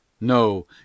No